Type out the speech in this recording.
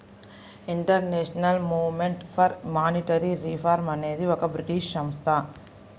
international movement for monetary reform అనేది ఒక British సంస్థ